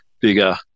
bigger